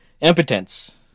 Impotence